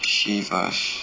Chivas